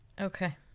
Okay